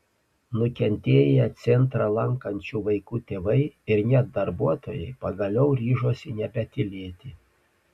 nukentėję centrą lankančių vaikų tėvai ir net darbuotojai pagaliau ryžosi nebetylėti